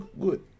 good